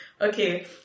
okay